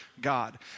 God